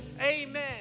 Amen